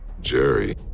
Jerry